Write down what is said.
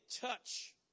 touch